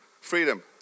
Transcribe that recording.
Freedom